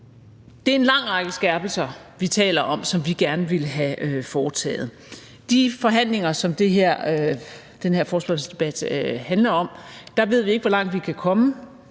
Det er en lang række skærpelser, vi taler om, og som vi gerne vil have foretaget. I de forhandlinger, som det her forespørgselsdebat handler om, ved vi ikke, hvor langt vi kan komme.